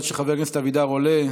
עד שחבר הכנסת אבידר עולה,